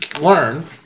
learn